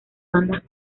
bandas